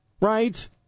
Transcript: right